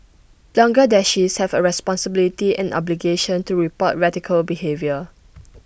Bangladeshis have A responsibility and obligation to report radical behaviour